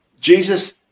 Jesus